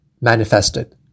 manifested